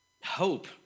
hope